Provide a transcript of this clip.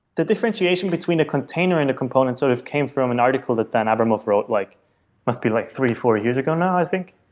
the differentiation between a container and the components sort of came from an article that dan abramov wrote like must be like three, four years ago now, i think.